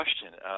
question